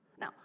Now